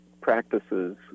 practices